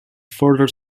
further